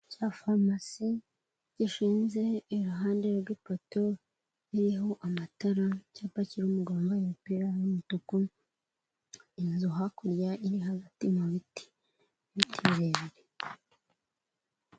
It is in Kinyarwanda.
Cya farumasi, gishinze iruhande rw'ipoto ririho amatara, icyapa kiriho umugabo wambaye umupira w'umutuku, inzu hakurya iri hagati mu biti, ibiti birebire.